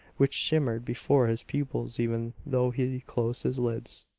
which shimmered before his pupils even though he closed his lids.